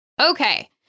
Okay